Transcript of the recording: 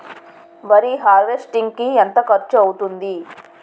వరి హార్వెస్టింగ్ కి ఎంత ఖర్చు అవుతుంది?